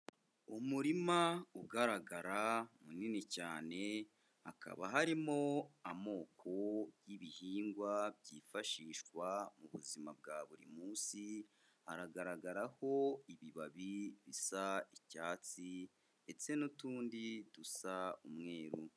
Umurima ugaragara munini cyane, hakaba harimo amoko y'ibihingwa byifashishwa mu buzima bwa buri munsi haragaragaraho ibibabi bisa icyatsi ndetse n'utundi dusa umweru.